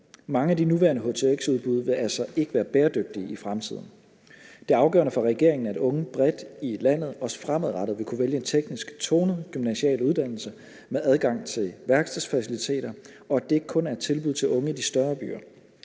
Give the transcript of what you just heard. Mange af de nuværende htx-udbud vil altså ikke være bæredygtige i fremtiden. Det er afgørende for regeringen, at unge bredt i landet også fremadrettet vil kunne vælge en teknisk tonet gymnasial uddannelse med adgang til værkstedsfaciliteter, og at det ikke kun er et tilbud til unge i de større byer.